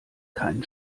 keinen